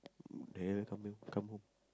there come here come home